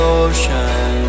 ocean